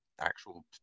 actual